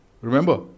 Remember